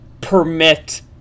permit